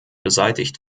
beseitigt